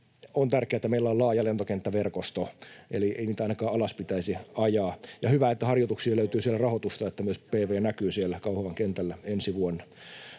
on tärkeää, että meillä on laaja lentokenttäverkosto, eli ei niitä ainakaan alas pitäisi ajaa. Ja hyvä, että harjoituksiin löytyy siellä rahoitusta, että myös PV näkyy siellä Kauhavan kentällä ensi vuonna.